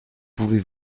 pouvez